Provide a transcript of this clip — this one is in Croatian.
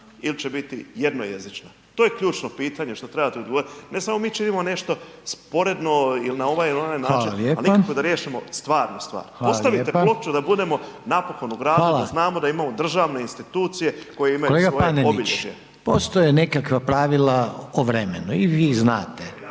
il' će biti jednojezična, to je ključno pitanje što trebate odgovoriti, ne samo mi činimo nešto sporedno, il' na ovaj, il' na onaj način, a nikako da riješimo stvarnu stvar. Postavite ploču da budemo napokon u gradu, da znamo da imamo državne institucije koje imaju svoje obilježje. **Reiner, Željko (HDZ)** Hvala lijepa. Hvala